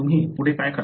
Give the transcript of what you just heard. तुम्ही पुढे काय कराल